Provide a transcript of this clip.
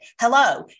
Hello